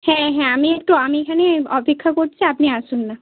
হ্যাঁ হ্যাঁ আমি একটু আমি এখানে অপেক্ষা করছি আপনি আসুন না